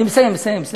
אני מסיים, מסיים.